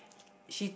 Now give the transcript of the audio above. she